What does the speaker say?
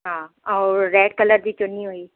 हा ऐं red colour जी चुन्नी हुई